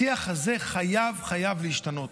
השיח הזה חייב, חייב להשתנות.